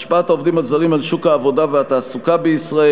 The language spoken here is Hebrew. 5. השפעת העובדים הזרים על שוק העבודה והתעסוקה בישראל,